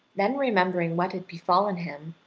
then remembering what had befallen him,